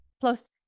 Plus